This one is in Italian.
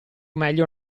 meglio